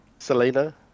Selena